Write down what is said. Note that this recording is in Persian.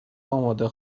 آماده